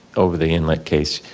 over the inlet case,